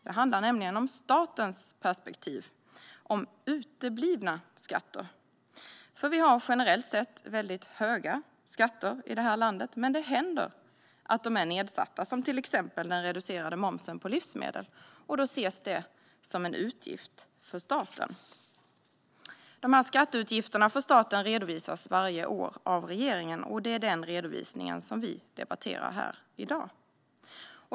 Det handlar nämligen om statens perspektiv, om uteblivna skatter. Vi har generellt sett mycket höga skatter i detta land. Men det händer att de är nedsatta, till exempel den reducerade momsen på livsmedel. Då ses det som en utgift för staten. Dessa skatteutgifter för staten redovisas varje år av regeringen, och det är den redovisningen som vi debatterar här i dag.